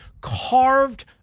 carved